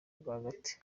rwagati